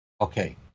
Okay